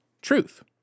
truth